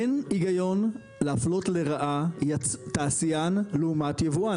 אין הגיון להפלות לרעה תעשיין לעומת יבואן.